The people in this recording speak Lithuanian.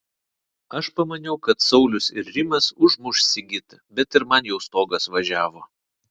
aš pamaniau kad saulius ir rimas užmuš sigitą bet ir man jau stogas važiavo